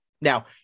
Now